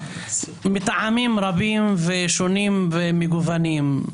מטעמים רבים ושונים ומגוונים,